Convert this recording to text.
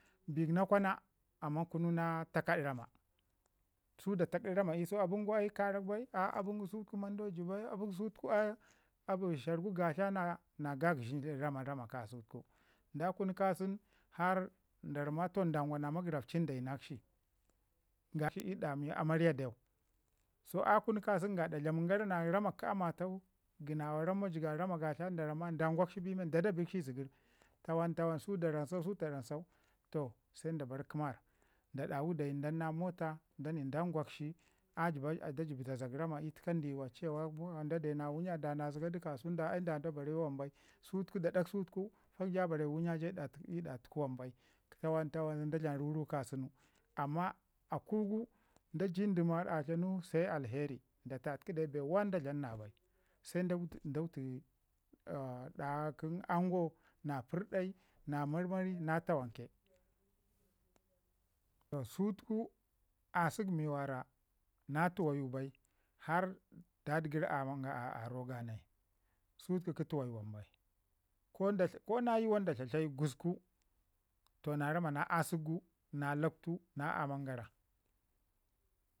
nakwana amma kunu na takaɗ ramma su da takdi rama ii sau ai karak bai abən gu sau ai mandau jəb bai, abən gu sau sharr gu gatla na gəgəshin rama rama ka sutuku da kunu kasan da ramma toh dan gwa na magərafcin dayi nakshi dayinakshi ɗa mi amarya deu so a kunu kasan gaɗa dlamin gara na rama kə amatau gəna ramau jəgab rama katla da ramma dangwakshi bi men da da bikshi zəgər tawan tawan su da ram sau toh se da bar kəmarr da ram sau toh se da bar kəmarr da dawi dai nanna mota mi dangwagshi a jəba da jəb zazak rama ii təka ndiwa ce wa dadena wunya da zəgadu kasun ai da da bare wan bai sutuku fak ja barayi wunya ja ii ɗa taku wam bai tawan tawan da dlam rurau kasunu. Amma da ku gu da ji ndəma datlanu se alheri da tatki dai bee wan da dlam na bai. Se da wuti ɗa ango na pərdai na marmari na tawan ke. Toh su tuku asək mi na tuwayu bai har dadigəri aman ga aro ga nai. Su kə tuwayu wambai, ko na yuwan da tlatlaju gusku toh na rama na asək gu, na lakwtu na aman gara.